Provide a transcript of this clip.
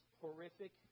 horrific